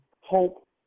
hope